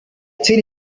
tell